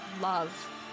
love